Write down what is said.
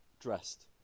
dressed